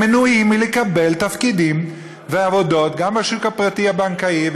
הם מנועים מלקבל תפקידים ועבודות: גם בשוק הפרטי הבנקאי,